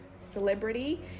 celebrity